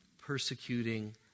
persecuting